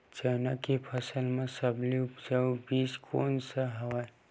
चना के फसल म सबले उपजाऊ बीज कोन स हवय?